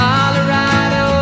Colorado